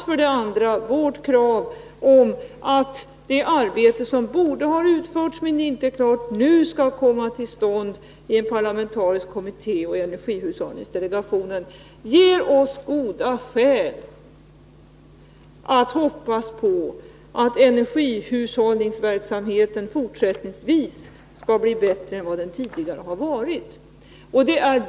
För det andra ger oss vårt krav på att det arbete, som borde ha utförts men som inte är klart, nu skall slutföras i en parlamentarisk kommitté och i energihushållningsdelegationen goda skäl för att hoppas på att energihushållningsverksamheten fortsättningsvis skall bli bättre än vad den tidigare varit.